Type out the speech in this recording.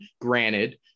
Granted